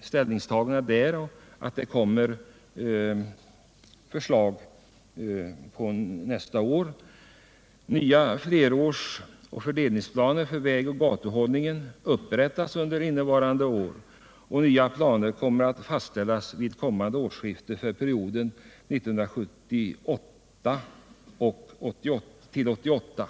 ställningstaganden i det avseendet och meddelat att förslag kommer att framläggas nästa år. Nya fleråriga fördelningsplaner för vägoch gatuhållningen upprättas under innevarande år och nya planer kommer att fastställas vid kommande årsskifte för perioden 1978-1988.